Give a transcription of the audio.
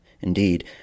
Indeed